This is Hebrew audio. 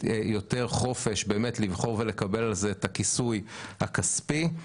יותר חופש לבחור ולקבל על זה את הכיסוי הכספי.